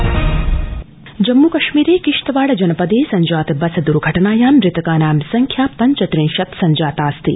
जम्मू कश्मीर जम्मूकश्मीरे किश्तवाड जनपदे सब्जात बस दर्घटनायां मृतकानां संख्या पब्चत्रिशत् सब्जातास्ति